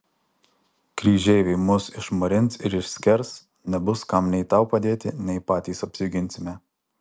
kryžeiviai mus išmarins ir išskers nebus kam nei tau padėti nei patys apsiginsime